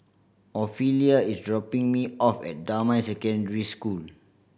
Ofelia is dropping me off at Damai Secondary School